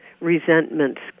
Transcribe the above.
resentments